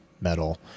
metal